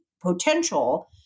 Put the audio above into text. potential